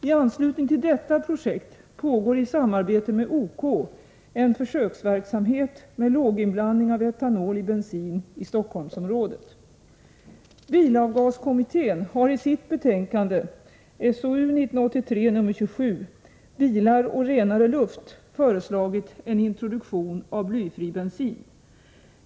I anslutning till detta projekt pågår i samarbete med OK en försöksverksamhet med låginblandning av Bilavgaskommittén har i sitt betänkande Bilar och renare luft föreslagit en introduktion av blyfri bensin.